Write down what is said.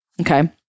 Okay